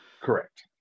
Correct